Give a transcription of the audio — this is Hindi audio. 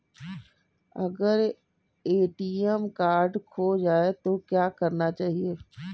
अगर ए.टी.एम कार्ड खो जाए तो क्या करना चाहिए?